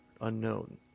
unknown